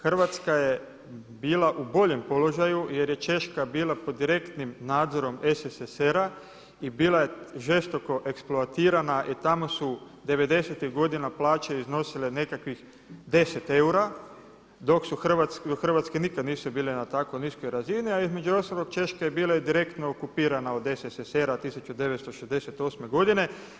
Hrvatska je bila u boljem položaju jer je Češka bila pod direktnim nadzorom SSSR-a i bila je žestoko eksploatirana i tamo su 90.tih godina plaće iznosile nekakvih 10 eura, dok u Hrvatskoj nikad nisu bile na tako niskoj razini, a između ostalog Češka je bila i direktno okupirana od SSSR-a 1968.godine.